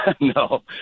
No